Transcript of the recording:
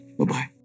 Bye-bye